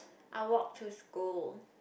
I walk to school